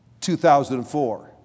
2004